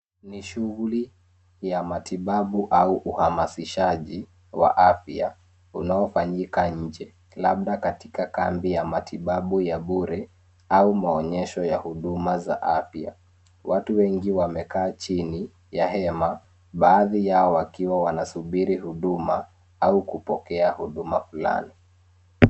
Ni shuguli ya matibabu au uhamasishaji wa afya unaofanyika nje, labda katika kambi ya matibabu ya bure au maonyesho ya huduma za afya. Watu wengi wamekaa chini ya hema baadhi yao wakiwa wansubiri huduma au kupokea huduma fulani.